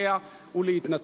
להתפקע ולהתנתק.